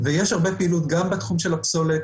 ויש הרבה פעילות גם בתחום של הפסולת,